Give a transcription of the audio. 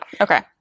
okay